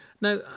Now